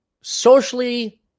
socially